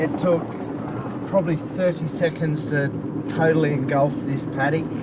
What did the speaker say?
and took probably thirty seconds to totally engulf this paddock